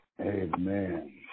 Amen